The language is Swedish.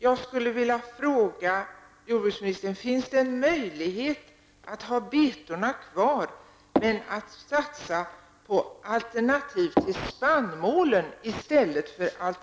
Jag skulle vilja fråga jordbruksministern om det finns någon möjlighet att ha kvar betorna och satsa på alternativ till spannmålen i stället.